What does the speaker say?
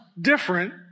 different